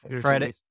Friday